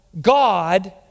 God